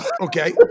Okay